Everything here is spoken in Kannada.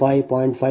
5 0